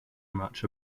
much